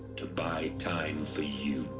to buy time for you.